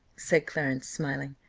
said clarence, smiling.